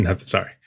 sorry